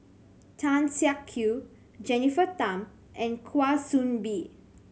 Tan Siak Kew Jennifer Tham and Kwa Soon Bee